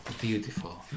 Beautiful